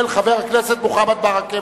של חבר הכנסת מוחמד ברכה.